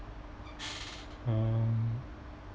um